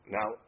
Now